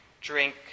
drink